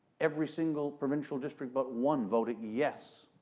every single provincial district but one voted yes